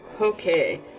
Okay